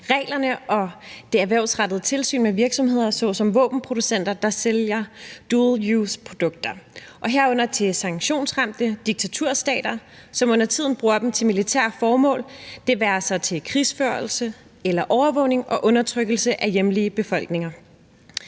reglerne og det erhvervsrettede tilsyn med virksomheder såsom våbenproducenter, der sælger dual use-produkter, herunder til sanktionsramte diktaturstater, som undertiden bruger dem til militære formål, det være sig til krigsførelse eller overvågning, og undertrykkelse af hjemlige befolkninger.